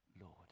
Lord